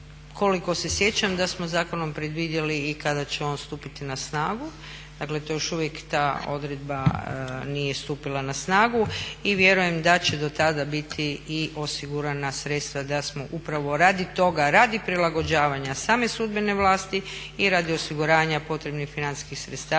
Koliko se sjećam da smo zakonom predvidjeli i kada će on stupiti na snagu, dakle ta odredba još uvijek nije stupila na snagu i vjerujem da će do tada biti i osigurana sredstva da smo upravu radi toga, radi prilagođavanja same sudbene vlasti i radi osiguranja potrebnih financijskih sredstava